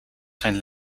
zijn